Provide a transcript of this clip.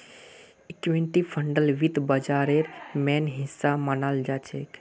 equity फंडक वित्त बाजारेर मेन हिस्सा मनाल जाछेक